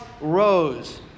rose